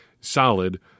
solid